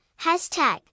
hashtag